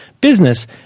business